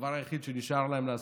הדבר היחיד שנשאר להם לעשות,